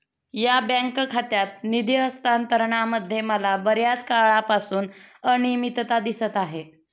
या बँक खात्यात निधी हस्तांतरणामध्ये मला बर्याच काळापासून अनियमितता दिसत आहे